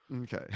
Okay